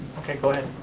okay, go ahead.